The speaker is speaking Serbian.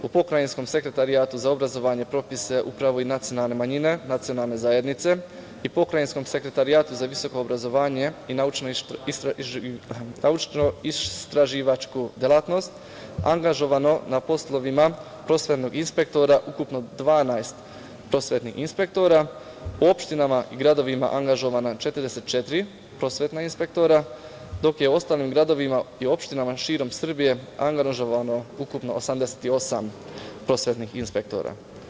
U Pokrajinskom sekretarijatu za obrazovanje, propise i nacionalne manjine, nacionalne zajednice i Pokrajinskom sekretarijatu za visoko obrazovanje i naučno istraživačku delatnost angažovano na poslovima prosvetnog inspektora ukupno 12 prosvetnih inspektora, u opštinama i gradovima angažovana 44 prosvetna inspektora, dok je u ostalim gradovima i opštinama širom Srbije angažovano ukupno 88 prosvetnih inspektora.